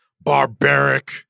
barbaric